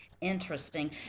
Interesting